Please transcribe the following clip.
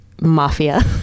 Mafia